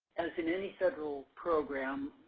as in any federal program,